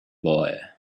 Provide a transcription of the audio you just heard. boy